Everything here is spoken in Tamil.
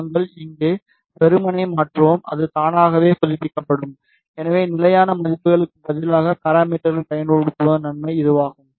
நாங்கள் இங்கே வெறுமனே மாற்றுவோம் அது தானாகவே புதுப்பிக்கப்படும் எனவே நிலையான மதிப்புகளுக்கு பதிலாக பாராமீட்டர்களை பயன்படுத்துவதன் நன்மை இதுவாகும்